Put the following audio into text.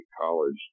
college